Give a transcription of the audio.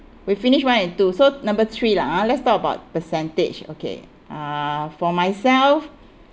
we've finished one and two so number three lah ah let's talk about percentage okay uh for myself